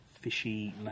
fishy